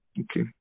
Okay